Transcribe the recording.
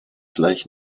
gleich